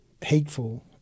hateful